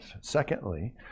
Secondly